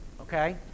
Okay